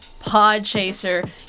Podchaser